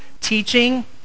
teaching